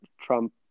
Trump